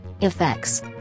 Effects